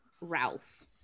Ralph